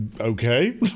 okay